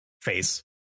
face